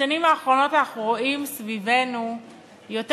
בשנים האחרונות אנחנו רואים סביבנו יותר